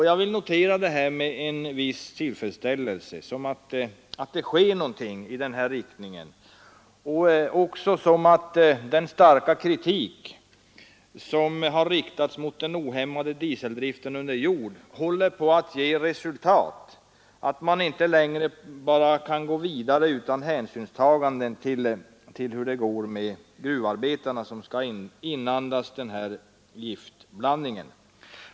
Jag vill notera med en viss tillfredsställelse att det nu sker någonting i den här riktningen. Detta visar att den starka kritik som har riktats mot den ohämmade dieseldriften under jord håller på att ge resultat. Man kan inte längre bara gå vidare utan hänsynstagande till hur det blir med gruvarbetarna, som skall inandas den här giftblandningen.